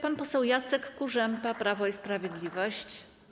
Pan poseł Jacek Kurzępa, Prawo i Sprawiedliwość.